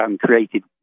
created